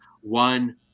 one